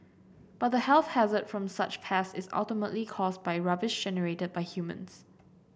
but the health hazard from such pests is ultimately caused by rubbish generated by humans